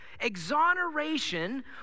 exoneration